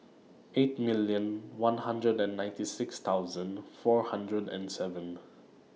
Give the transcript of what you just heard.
eight million one hundred and ninety six thousand four hundred and seven